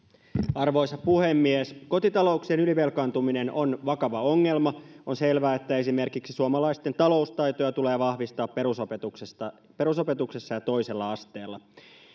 arvoisa puhemies kotitalouksien ylivelkaantuminen on vakava ongelma on selvää että esimerkiksi suomalaisten taloustaitoja tulee vahvistaa perusopetuksessa perusopetuksessa ja toisella asteella